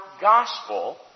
gospel